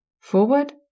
Forward